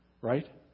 right